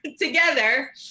together